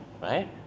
right